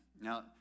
Now